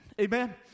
Amen